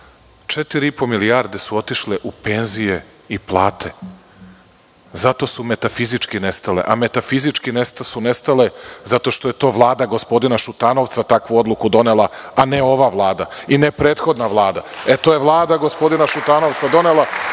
po milijarde su otišle u penzije i plate, zato su metafizički nestale. A metafizički su nestale zato što je Vlada gospodina Šutanovca takvu odluku donela, a ne ova vlada i ne prethodna Vlada. To je Vlada gospodina Šutanovca donela,